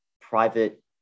private